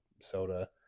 soda